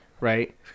right